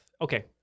Okay